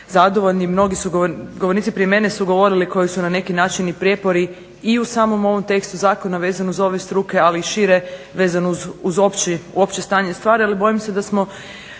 zadovoljni, mnogi govornici prije mene su govorili koji su na neki način prijepori i u samom ovom tekstu zakona vezano za ove struke ali i šire vezano uz opće stanje stvari ali bojim se da smo